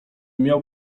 miał